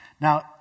Now